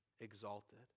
exalted